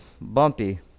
bumpy